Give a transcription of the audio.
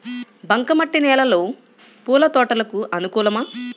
బంక మట్టి నేలలో పూల తోటలకు అనుకూలమా?